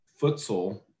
futsal